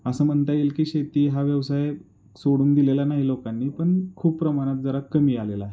असं म्हणता येईल की शेती हा व्यवसाय सोडून दिलेला नाही लोकांनी पण खूप प्रमाणात जरा कमी आलेला आहे